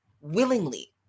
willingly